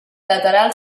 lateral